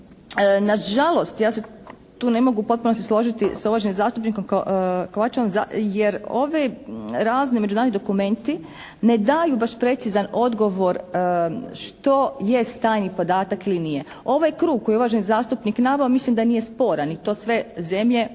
na žalost ja se tu ne mogu u potpunosti složiti sa uvaženim zastupnikom Kovačevićem jer ovi razni međunarodni dokumenti ne daju baš precizan odgovor što jest tajni podatak ili nije. Ovaj krug koji je uvaženi zastupnik naveo mislim da nije sporan i to sve zemlje imaju